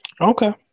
Okay